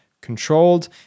controlled